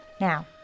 Now